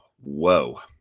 Whoa